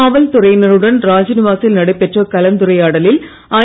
காவல்துறையினருடன் ராஜ்நிவாசில் நடைபெற்ற கலந்துரையாடலில் ஐ